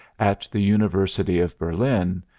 at the university of berlin,